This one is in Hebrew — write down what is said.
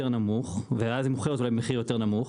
נמוך ואז היא מוכרת אולי במחיר יותר נמוך,